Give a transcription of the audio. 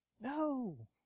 No